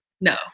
no